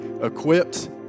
equipped